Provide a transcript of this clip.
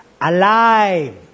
alive